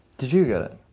did you get it?